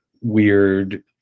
weird